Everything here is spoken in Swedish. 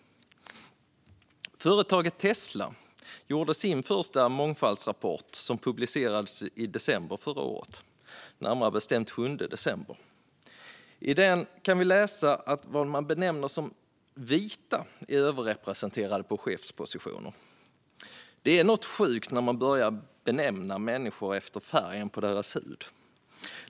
Företaget Tesla publicerade sin första mångfaldsrapport den 7 december förra året. I den kan vi läsa att vad man benämner som vita är överrepresenterade på chefspositioner. Det är något sjukt när man börjar benämna människor efter färgen på deras hud.